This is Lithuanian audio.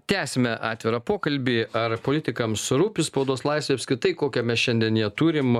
tęsime atvirą pokalbį ar politikams rūpi spaudos laisvė apskritai kokią mes šiandien ją turim